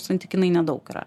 santykinai nedaug yra